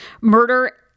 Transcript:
Murder